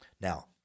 Now